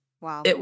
Wow